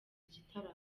gitaramo